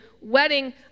wedding